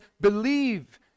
believe